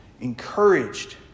Encouraged